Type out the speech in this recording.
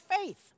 faith